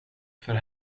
för